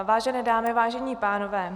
Vážené dámy, vážení pánové.